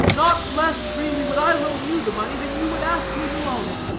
not less freely would i loan you the money than you would ask me to loan it.